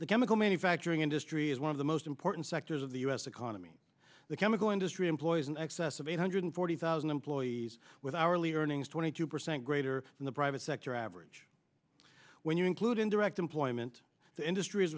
the chemical manufacturing industry is one of the most important sectors of the u s economy the chemical industry employs in excess of eight hundred forty thousand employees with hourly earnings twenty two percent greater than the private sector average when you include indirect employment the industr